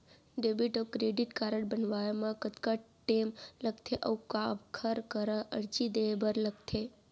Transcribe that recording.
Debit अऊ credit card बनवाए मा कतका टेम लगथे, अऊ काखर करा अर्जी दे बर लगथे?